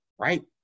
right